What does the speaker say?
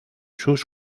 sus